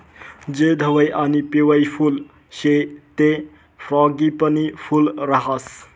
जे धवयं आणि पिवयं फुल शे ते फ्रॉगीपनी फूल राहास